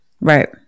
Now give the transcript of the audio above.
Right